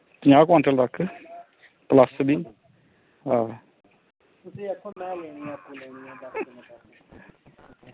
पंजाह् क्वांटल तक्क कवास्नी आं